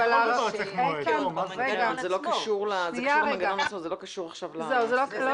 אבל זה קשור למנגנון עצמו, לא לקורונה.